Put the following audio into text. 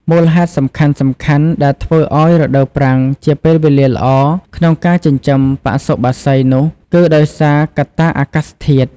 មូលហេតុសំខាន់ៗដែលធ្វើឲ្យរដូវប្រាំងជាពេលវេលាល្អក្នុងការចិញ្ចឹមបសុបក្សីនោះគីដោយសារកត្តាអាកាសធាតុ។